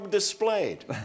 displayed